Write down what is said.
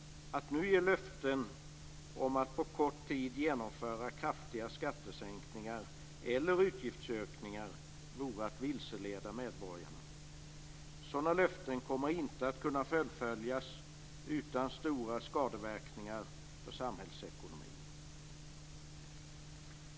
Att nu ge löften om att på kort tid genomföra kraftiga skattesänkningar eller utgiftsökningar vore att vilseleda medborgarna. Sådana löften kommer inte att kunna fullföljas utan stora skadeverkningar för samhällsekonomin.